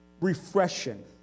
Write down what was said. refreshing